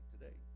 today